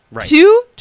Two